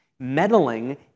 Meddling